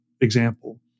example